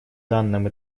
данном